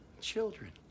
Children